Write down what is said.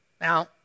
Now